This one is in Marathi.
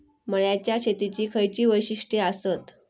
मळ्याच्या शेतीची खयची वैशिष्ठ आसत?